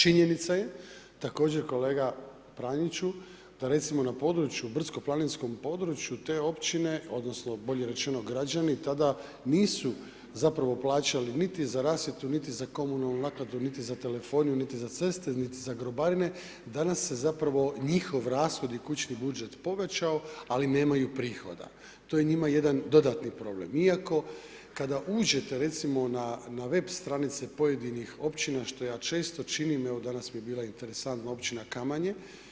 Činjenica je također, kolega Praniću, da recimo na brdsko-planinskom području te općine odnosno bolje rečeno gradovi tada nisu zapravo plaćali niti za rasvjetu niti za komunalnu naknadu niti za telefone niti za ceste niti za grobarine, danas se zapravo njihovi rashod i kućni budžet povećao ali nemamo prihoda, to je njima jedan dodatan problem iako kada uđete recimo na web stranice pojedinih općina što ja često činim, evo danas mi je bila interesantna općina Kamanje.